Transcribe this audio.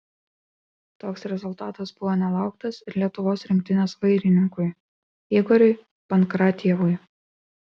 toks rezultatas buvo nelauktas ir lietuvos rinktinės vairininkui igoriui pankratjevui